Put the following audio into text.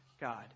God